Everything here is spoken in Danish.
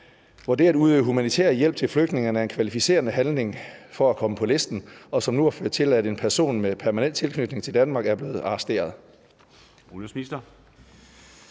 hvor det at udøve humanitær hjælp til flygtninge er en kvalificerende handling for at komme på listen, og som nu har ført til, at en person med permanent tilknytning til Danmark er blevet arresteret?